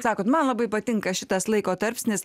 sakot man labai patinka šitas laiko tarpsnis